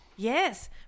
Yes